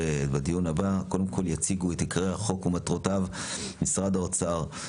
קודם כל יציגו את עיקרי החוק ומטרותיו משרד האוצר,